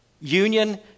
union